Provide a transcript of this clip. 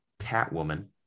Catwoman